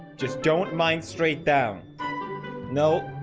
just don't mind straight down no.